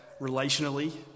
relationally